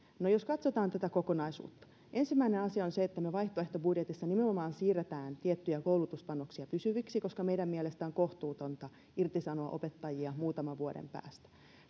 no jospa katsotaan tätä kokonaisuutta ensimmäinen asia on se että me vaihtoehtobudjetissa nimenomaan siirrämme tiettyjä koulutuspanoksia pysyviksi koska meidän mielestämme on kohtuutonta irtisanoa opettajia muutaman vuoden päästä